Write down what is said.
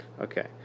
Okay